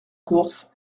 course